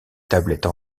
tablettes